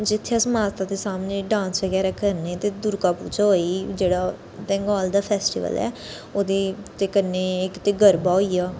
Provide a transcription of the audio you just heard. जि'त्थें अस माता दे सामनै डांस बगैरा करने ते दुर्गा पूजा होई जेह्ड़ा बंगाल दा फेस्टिवल ऐ ओह्दे ते कन्नै इक गरबा होइया